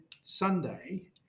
Sunday